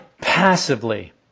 passively